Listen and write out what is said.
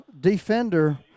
defender